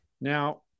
Now